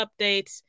updates